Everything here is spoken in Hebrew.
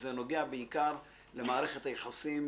זה נוגע בעיקר למערכת היחסים